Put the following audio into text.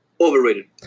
overrated